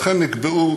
ולכן נקבעו